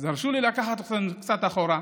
אז הרשו לי לקחת אתכם קצת אחורה.